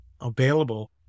available